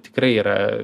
tikrai yra